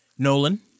Nolan